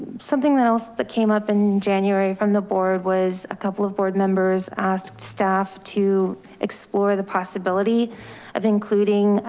something that else that came up in january from the board was a couple of board members asked staff to explore the possibility of including.